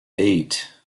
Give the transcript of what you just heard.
eight